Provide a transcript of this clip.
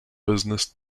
business